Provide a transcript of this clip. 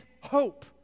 hope